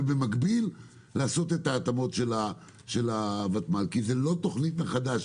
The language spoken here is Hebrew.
ובמקביל לעשות את ההתאמות של הוותמ"ל כי זה לא תוכנית חדשה.